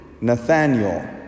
Nathaniel